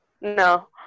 No